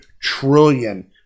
trillion